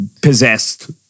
possessed